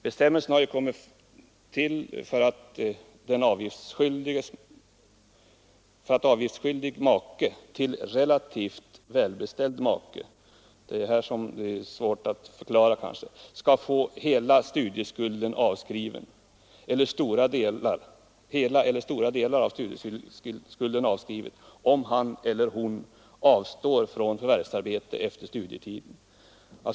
Bestämmelsen har tillkommit för att avgiftsskyldig make till en relativt välbeställd person inte skall få hela studieskulden eller stora delar av den avskriven, om han eller hon avstår från förvärvsarbete efter studietidens slut.